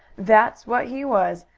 that's what he was,